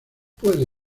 puede